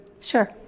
Sure